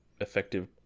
effective